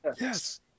yes